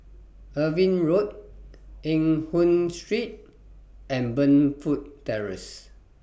Irving Road Eng Hoon Street and Burnfoot Terrace